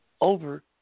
over